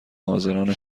حاضران